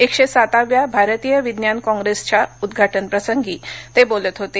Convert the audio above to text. एकशे सातव्या भारतीय विज्ञान कॉप्रेसच्या उद्घाटन प्रसंगी ते बोलत होते